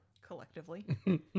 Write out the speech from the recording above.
Collectively